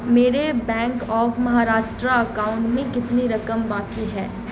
میرے bank of Maharashtra account میں کتنی رقم باقی ہے